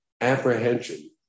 apprehension